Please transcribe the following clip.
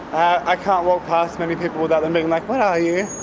i can't walk past many people without them being like, what are you?